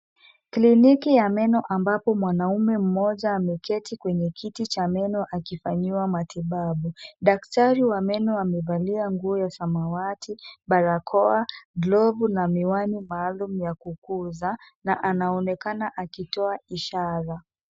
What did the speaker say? Kliniki ya meno ambapo mwanaume mmoja ameketi kwenye kiti cha meno akifanyiwa matibabu. Daktari wa meno amevalia nguo ya samawati, barakoa, glovu na miwani maalum ya kukuza na anaonekana akitoa ishara.